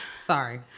Sorry